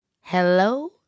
Hello